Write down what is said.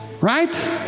Right